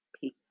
Peace